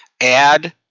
Add